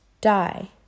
die